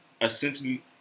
essentially